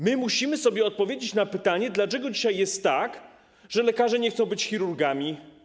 My musimy sobie odpowiedzieć na pytanie, dlaczego dzisiaj jest tak, że lekarze nie chcą być chirurgami.